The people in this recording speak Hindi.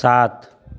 सात